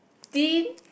tin